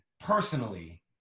personally